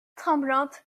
tremblante